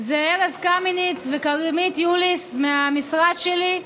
הם ארז קמיניץ וכרמית יוליס מהמשרד שלי,